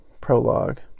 prologue